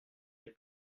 est